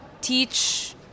teach